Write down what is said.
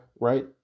right